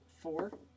Four